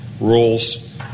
rules